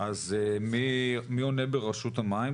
מי עונה ברשות המים,